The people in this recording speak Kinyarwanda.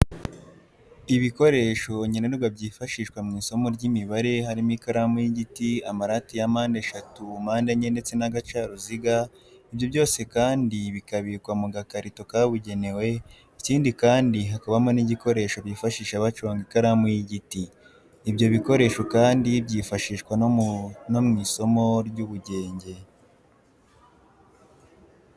Ibikoresho nkenerwa byifashishwa mu isomo ry imibare harimo ikaramu y'igiti, amarati ya mpandeshatu, mpandenye ndetse n'agacaruziga ibyo byose kandi bikabikwa mu gakarito kabugenewe, ikindi kandi hakabamo n'igikoresho bifashisha baconga ikaramu y'igiti. Ibyo bikoresho kandi byifashishwa no mu isomo ry'ubugenge.